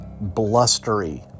blustery